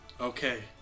Okay